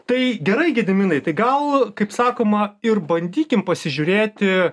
tai gerai gediminai tai gal kaip sakoma ir bandykim pasižiūrėti